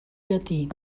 llatí